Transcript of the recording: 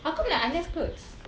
how come like alias clothes